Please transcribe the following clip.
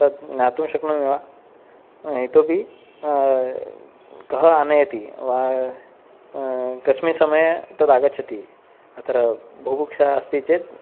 तद् ज्ञातुं शक्नोमि वा इतोऽपि कः आनयति वा कस्मिन् समये तद् आगच्छति अत्र बुभुक्षा अस्ति चेत्